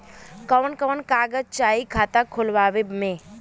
कवन कवन कागज चाही खाता खोलवावे मै?